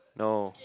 no